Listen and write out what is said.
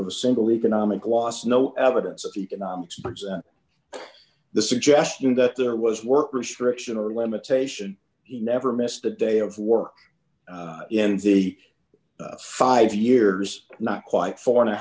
of a single economic loss no evidence of economics books and the suggestion that there was work restriction or limitation he never missed a day of work in the five years not quite four and a